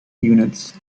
units